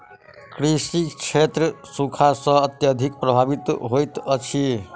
कृषि क्षेत्र सूखा सॅ अत्यधिक प्रभावित होइत अछि